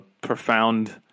profound